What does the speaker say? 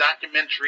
documentary